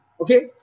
Okay